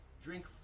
Drink